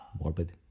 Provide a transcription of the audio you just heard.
Morbid